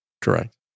Correct